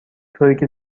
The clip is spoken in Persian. طوریکه